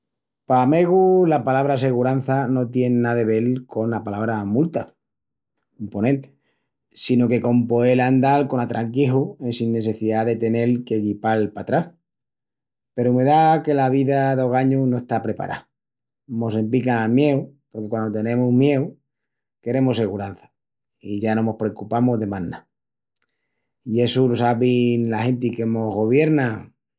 Pa megu, la palabra segurança no tien ná de vel cona palabra multa, un ponel, sino que con poel andal con atranquiju en sin nesseciá de tenel que guipal patrás. Peru me da que la vida d'ogañu no está aprepará. Mos empican al mieu porque quandu tenemus mieu queremus segurança i ya no mos precupamus de más ná. I essu lo sabin la genti que mos govierna.